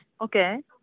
okay